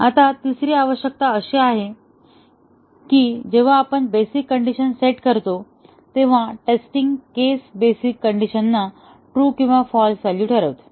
आता तिसरी आवश्यकता अशी आहे की जेव्हा आपण बेसिक कंडिशन सेट करतो तेव्हा टेस्टिंग केस बेसिक कंडिशनना ट्रू आणि फाल्स व्हॅल्यू ठरवते